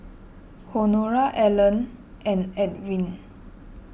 Honora Alannah and Edw